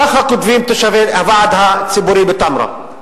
ככה כותבים תושבי הוועד הציבורי בתמרה: